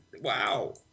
wow